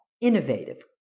innovative